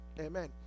Amen